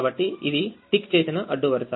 కాబట్టి ఇది టిక్చేసిన అడ్డు వరుస